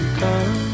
come